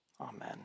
Amen